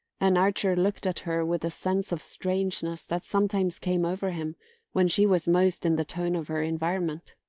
and archer looked at her with the sense of strangeness that sometimes came over him when she was most in the tone of her environment.